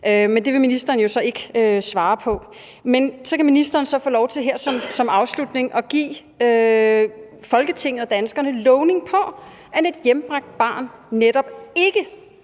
Men det vil ministeren jo så ikke svare på. Men så kan ministeren få lov til her som afslutning at give Folketinget og danskerne lovning på, at et hjembragt barn netop ikke